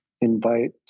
invite